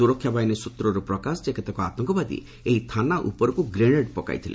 ସୁରକ୍ଷା ବାହିନୀ ସୂତ୍ରରୁ ପ୍ରକାଶ ଯେ କେତେକ ଆତଙ୍କବାଦୀ ଏହି ଥାନା ଉପରକୁ ଗ୍ରେନେଡ୍ ପକାଇଥିଲେ